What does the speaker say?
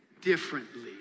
differently